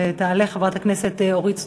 ותעלה חברת הכנסת אורית סטרוק.